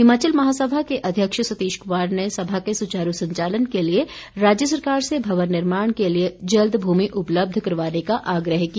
हिमाचल महासभा के अध्यक्ष सतीश कुमार ने सभा के सुचारू संचालन के लिए राज्य सरकार से भवन निर्माण के लिए जल्द भूमि उपलब्ध करवाने का आग्रह किया